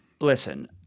listen